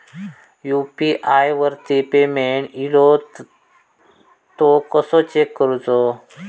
UPI वरती payment इलो तो कसो चेक करुचो?